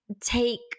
take